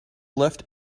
left